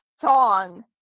song